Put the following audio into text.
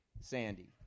Sandy